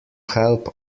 help